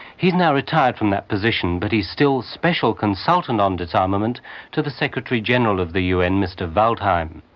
he's now retired from that position but he's still special consultant on disarmament to the secretary general of the un, mr waldheim.